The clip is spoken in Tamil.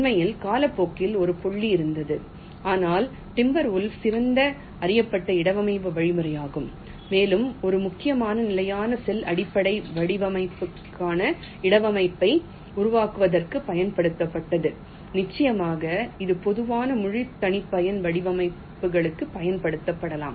உண்மையில் காலப்போக்கில் ஒரு புள்ளி இருந்தது ஆனால் டிம்பர் வுல்ஃப் சிறந்த அறியப்பட்ட இடவமைப்பு வழிமுறையாகும் மேலும் இது முக்கியமாக நிலையான செல் அடிப்படை வடிவமைப்புகளுக்கான இடவமைப்பில்பை உருவாக்குவதற்குப் பயன்படுத்தப்பட்டது நிச்சயமாக இது பொதுவான முழு தனிப்பயன் வடிவமைப்புகளுக்கும் பயன்படுத்தப்படலாம்